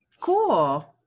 Cool